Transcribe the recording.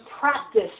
practice